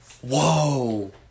whoa